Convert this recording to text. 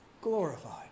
glorified